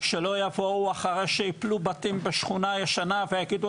שלא יבואו אחרי שייפלו בתים בשכונה הישנה ויגידו